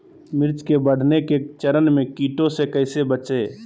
मिर्च के बढ़ने के चरण में कीटों से कैसे बचये?